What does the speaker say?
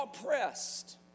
oppressed